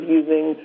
using